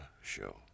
show